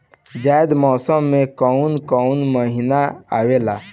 जायद मौसम में काउन काउन महीना आवेला?